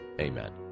Amen